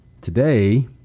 Today